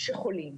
שחולים.